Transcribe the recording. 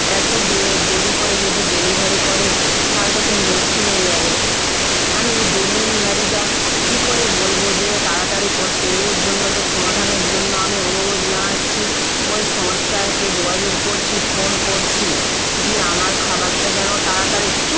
এত ডে দেরি করে যদি ডেলিভারি করে তাহলে তো খুব মুশকিল হয়ে যাবে আমি এই ডেলিভারিটা কী করে বলব যে তাড়াতাড়ি করতে এর জন্য তো সমাধানের জন্য আমি অনুরোধ জানাচ্ছি ওই সংস্থাকে যোগাযোগ করছি ফোন করছি যে আমার খাবারটা যেন তাড়াতাড়ি চুপ